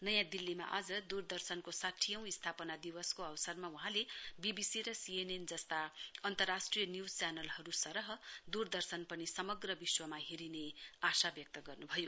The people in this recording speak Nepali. नयाँ दिल्लीमा आज द्रदर्शनको साठीऔं स्थापना दिवसको अवसरमा वहाँले बीबीसी र सीएनएन जस्ता अन्तराष्ट्रिय न्यूज च्यानलहरू सरह द्रदर्शन पनि समग्र विश्वमा हेरिने आशा व्यक्त गर्न्भयो